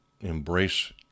embrace